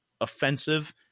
offensive